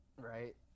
Right